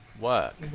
work